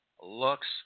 looks